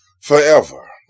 forever